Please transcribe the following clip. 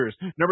Number